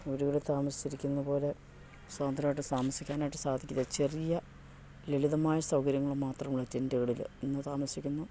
വീടുകളിൽ താമസിച്ചിരിക്കുന്നത് പോലെ സ്വതന്ത്രമായിട്ട് താമസിക്കാനായ്ട്ട് സാധിക്കില്ല ചെറിയ ലളിതമായ സൗകര്യങ്ങൾ മാത്രമുള്ള ടെൻ്റുകളിൽ ഇന്ന് താമസിക്കുന്നു